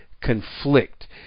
conflict